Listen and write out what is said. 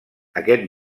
aquest